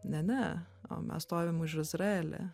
ne ne o mes stovim už izraelį